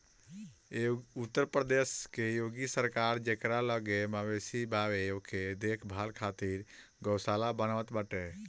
उत्तर प्रदेश के योगी सरकार जेकरा लगे मवेशी बावे ओके देख भाल करे खातिर गौशाला बनवावत बाटे